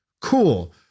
Cool